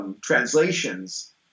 translations